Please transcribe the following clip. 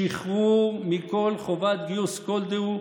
שחרור מכל חובת גיוס כל דהו,